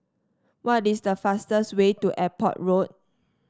what is the fastest way to Airport Road